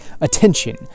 attention